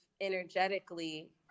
energetically